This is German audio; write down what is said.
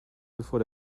bevor